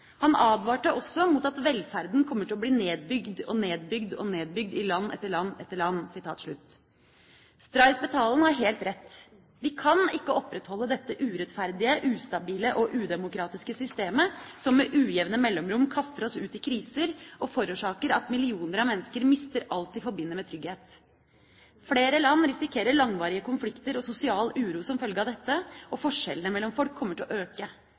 Han advarte også mot at velferden kommer til «å bli nedbygd og nedbygd og nedbygd i land etter land etter land». Stray Spetalen har helt rett. Vi kan ikke opprettholde dette urettferdige, ustabile og udemokratiske systemet som med ujevne mellomrom kaster oss ut i kriser og forårsaker at millioner av mennesker mister alt de forbinder med trygghet. Flere land risikerer langvarige konflikter og sosial uro som følge av dette, og forskjellene mellom folk kommer til å øke.